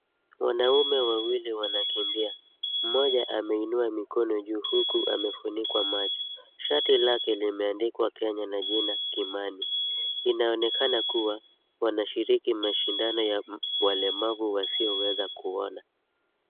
Wanaume wawili wanakimbia, mmoja ameinua mikono juu huku amefunikwa macho. Shati lake limeandikwa kenya na jina Kimani. Inaonekana wanashiriki mashindano ya walemavu wasioweza kuona.